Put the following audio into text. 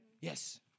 yes